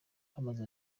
bamaze